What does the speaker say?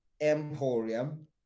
emporium